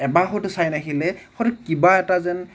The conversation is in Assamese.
এবাৰ হয়টো চাই নাহিলে হয়তো কিবা এটা যেন